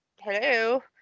Hello